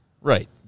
Right